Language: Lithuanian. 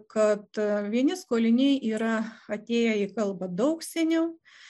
kad vieni skoliniai yra atėję į kalbą daug seniau